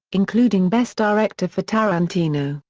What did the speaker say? including best director for tarantino,